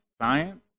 science